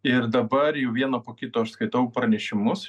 ir dabar jau vieną po kito aš skaitau pranešimus